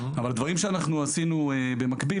אבל דברים שאנחנו עשינו במקביל,